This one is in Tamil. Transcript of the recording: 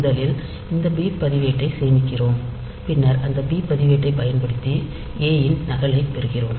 முதலில் இந்த பி பதிவேட்டை சேமிக்கிறோம் பின்னர் அந்த பி பதிவேட்டை பயன்படுத்தி ஏ ன் நகலைப் பெறுகிறோம்